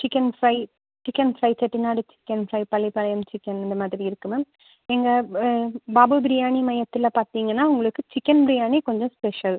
chicken fry chicken fry Chettinad chicken fry Pallipalayam chicken இந்த மாதிரி இருக்கு மேம் எங்கள் பாபு பிரியாணி மையத்தில் பார்த்திங்கன்னா உங்களுக்கு சிக்கன் பிரியாணி கொஞ்சம் ஸ்பெஷல்